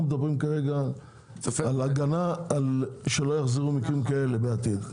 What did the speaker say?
אנחנו מדברים כרגע על הגנה שלא יחזרו מקרים כאלה בעתיד.